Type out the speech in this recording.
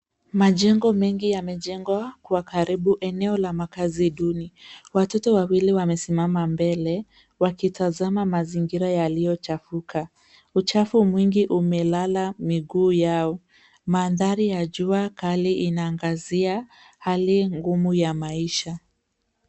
Majengo mengi yamejengwa kwa karibu eneo la makazi duni. Watoto wawili wamesimama mbele wakitazama mazingira yaliyo chafuka . Uchafu mwingi umelala miguu yao. Mandhari ya jua kali inaangazia hali ngumu ya maisha.